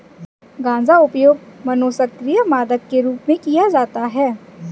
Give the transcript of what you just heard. गांजा उपयोग मनोसक्रिय मादक के रूप में किया जाता है